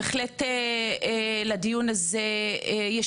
בהחלט לדיון הזה יש